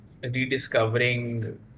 rediscovering